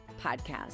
Podcast